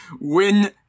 win